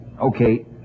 okay